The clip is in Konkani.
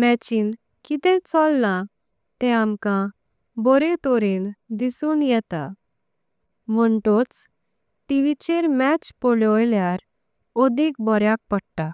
मॅचिन कितें। चोल्लम ते आमकां बोरें तोरण दिसुन येता म्होटोच। टीवीचेर मॅच पळेलेआर ओडिक बोरेंक पडता।